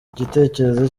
igitekerezo